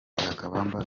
lwakabamba